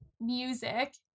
music